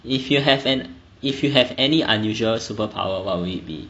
if you have an if you have any unusual superpower what would it be